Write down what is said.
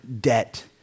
debt